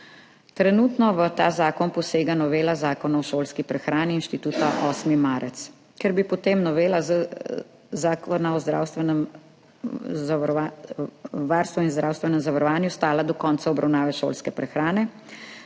Trenutno v ta zakon posega novela Zakona o šolski prehrani Inštituta 8. marec, ker bi potem novela Zakona o zdravstvenem varstvu in zdravstvenem zavarovanju stala do konca obravnave šolske prehrane,